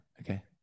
okay